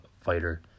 fighter